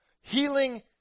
healing